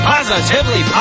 Positively